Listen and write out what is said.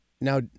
now